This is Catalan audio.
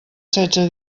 setze